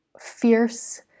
fierce